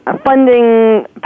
funding